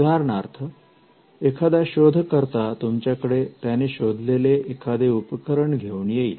उदाहरणार्थ एखादा शोधकर्ता तुमच्याकडे त्याने शोधलेले एखादे उपकरण घेऊन येईल